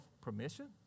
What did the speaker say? permission